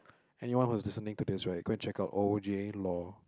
anyone who is listening to this right go and check out O_J-Law